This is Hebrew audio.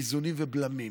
באיזונים ובלמים,